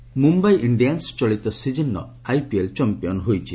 IPL Mumbai Indians ଚଳିତ ସିକିନ୍ର IPL champion ହୋଇଛି